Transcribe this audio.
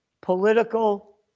political